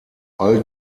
all